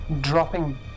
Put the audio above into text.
dropping